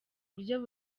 buryo